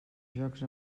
jocs